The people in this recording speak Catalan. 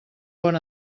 pon